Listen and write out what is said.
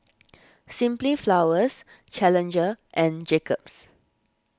Simply Flowers Challenger and Jacob's